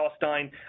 Palestine